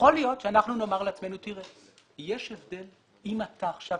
יכול להיות שאנחנו נאמר לעצמנו שיש הבדל אם אתה עכשיו